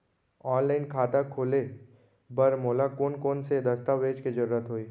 Online खाता खोले बर मोला कोन कोन स दस्तावेज के जरूरत होही?